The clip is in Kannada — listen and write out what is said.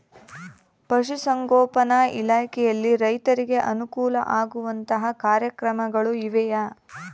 ಪಶುಸಂಗೋಪನಾ ಇಲಾಖೆಯಲ್ಲಿ ರೈತರಿಗೆ ಅನುಕೂಲ ಆಗುವಂತಹ ಕಾರ್ಯಕ್ರಮಗಳು ಇವೆಯಾ?